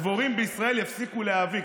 הדבורים בישראל יפסיקו להאביק,